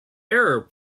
error